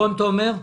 רון תומר.